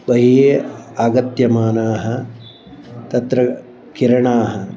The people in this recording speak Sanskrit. बहिः आगत्यमानाः तत्र किरणाः